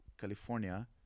california